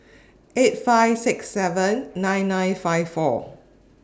eight five six seven nine nine five four